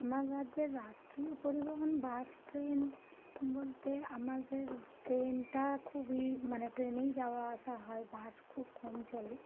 আমার রাজ্যের রাষ্ট্রীয় পরিবহণ বাস ট্রেন বলতে আমাদের ট্রেনটা খুবই মানে ট্রেনেই যাওয়া আসা হয় বাস খুব কম চলে